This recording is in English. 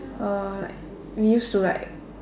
uh like we used to like